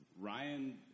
Ryan